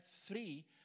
three